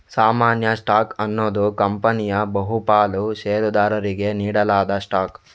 ಸಾಮಾನ್ಯ ಸ್ಟಾಕ್ ಅನ್ನುದು ಕಂಪನಿಯ ಬಹು ಪಾಲು ಷೇರುದಾರರಿಗೆ ನೀಡಲಾದ ಸ್ಟಾಕ್